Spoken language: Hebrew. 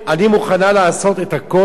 אני מוכנה לעשות הכול,